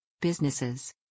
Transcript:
Businesses